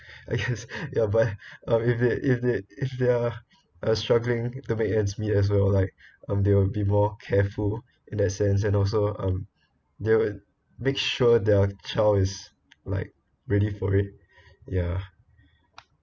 I guess ya but or if it if it if they are uh struggling to make as me as well like um they will be more careful in that sense and also um they will make sure their child is like ready for it ya